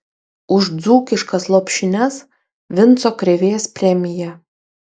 už dzūkiškas lopšines vinco krėvės premija